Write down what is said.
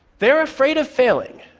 they're afraid of failing,